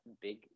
big